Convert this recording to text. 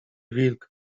wilk